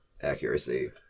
accuracy